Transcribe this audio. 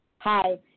Hi